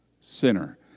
sinner